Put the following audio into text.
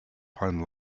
find